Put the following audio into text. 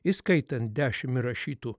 įskaitant dešim įrašytų